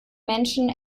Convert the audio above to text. menschen